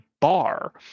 bar